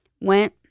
went